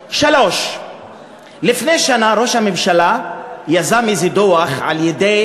3. לפני שנה ראש הממשלה יזם איזה דוח על-ידי